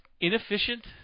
Inefficient